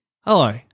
Hello